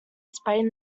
spreading